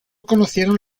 conocieron